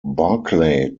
barclay